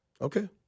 Okay